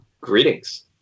greetings